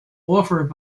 offered